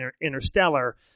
Interstellar